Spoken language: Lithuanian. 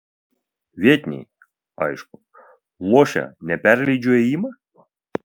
vietiniai aišku lošia ne perleidžiu ėjimą